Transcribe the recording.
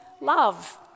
love